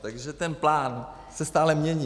Takže ten plán se stále mění.